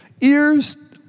ears